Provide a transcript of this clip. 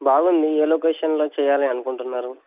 బాగుంది ఏ లొకేషన్లో చేయాలి అనుకుంటున్నారు